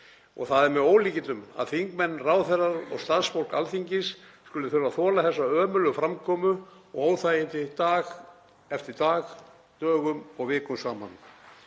Það er með ólíkindum að þingmenn, ráðherrar og starfsfólk Alþingis skuli þurfa að þola þessa ömurlegu framkomu og óþægindi dag eftir dag, dögum og vikum saman.